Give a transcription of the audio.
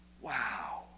wow